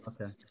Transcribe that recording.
Okay